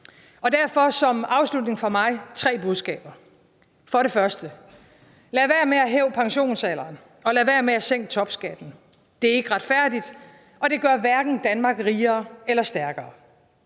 Derfor som afslutning fra mig tre budskaber: For det første: Lad være med at hæve pensionsalderen, og lade være med at sænke topskatten. Det er ikke retfærdigt, og det gør Danmark hverken rigere eller stærkere.